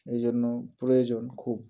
এই জন্য প্রয়োজন খুব